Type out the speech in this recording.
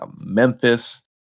Memphis